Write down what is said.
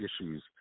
issues